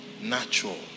natural